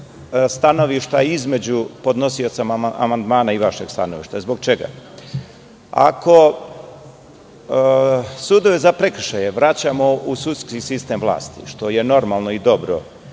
stanovišta između podnosioca amandmana i vašeg stanovišta. Zbog čega? Ako sudove za prekršaje vraćamo u sudski sistem vlasti, što je normalno i dobro